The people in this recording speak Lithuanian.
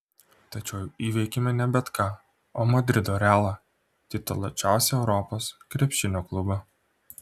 tačiau įveikėme ne bet ką o madrido realą tituluočiausią europos krepšinio klubą